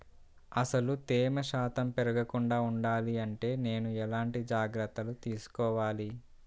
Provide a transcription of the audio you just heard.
అసలు తేమ శాతం పెరగకుండా వుండాలి అంటే నేను ఎలాంటి జాగ్రత్తలు తీసుకోవాలి?